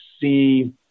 see